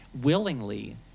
willingly